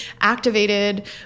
activated